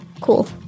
Cool